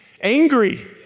angry